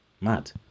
Mad